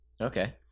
Okay